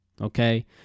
okay